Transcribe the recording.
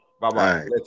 Bye-bye